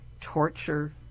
torture